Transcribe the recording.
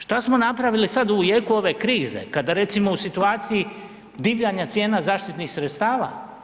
Šta smo napravili sada u jeku ove krize kada recimo u situaciji divljanja cijena zaštitnih sredstava?